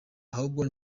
ahubwo